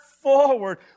forward